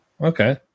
okay